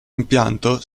impianto